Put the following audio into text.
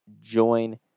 join